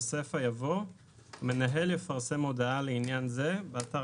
בסיפא יבוא - "המנהל יפרסם הודעה לעניין זה באתר